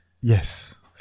Yes